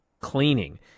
cleaning